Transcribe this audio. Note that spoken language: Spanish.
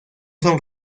son